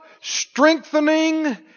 strengthening